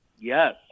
Yes